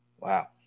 Wow